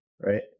Right